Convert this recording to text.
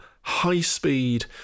high-speed